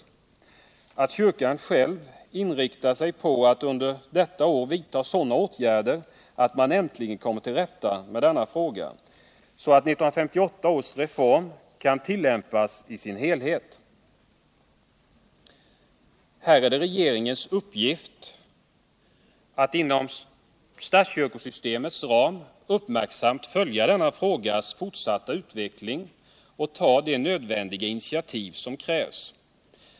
Det är av vikt att kyrkan själv inriktar sig på att under detta år vidta sådana åtgärder att man äntligen kommer ull rätta med denna fråga, så att 1958 års reform kan tillämpas i sin helhet. Här är det regeringens uppgift att inom statskyrkosystemets ram uppmiärksamt följa denna frågas fortsatta utveckling och ta de initiativ som krävs.